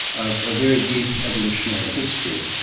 of a very deep evolutionary history.